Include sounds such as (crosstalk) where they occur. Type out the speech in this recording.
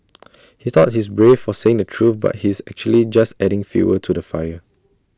(noise) he thought he's brave for saying the truth but he's actually just adding fuel to the fire